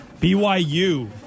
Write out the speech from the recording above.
BYU